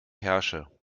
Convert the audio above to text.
herrsche